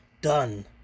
done